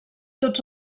tots